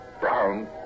Brown